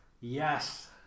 Yes